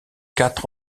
quatre